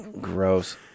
gross